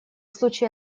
случае